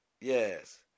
Yes